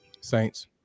Saints